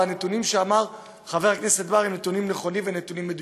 והנתונים שאמר חבר הכנסת בר הם נתונים נכונים ונתונים מדויקים: